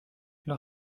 leur